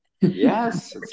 Yes